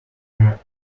are